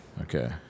Okay